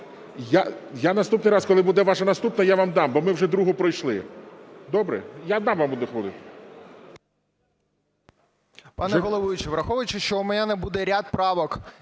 Я наступний раз, коли буде ваша наступна, я вам дам, бо ми вже другу пройшли. Добре? Я дам вам 1 хвилину.